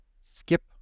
skip